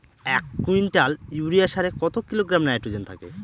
এক quintal urea সারে কত কিলোগ্রাম নাইট্রোজেন থাকে?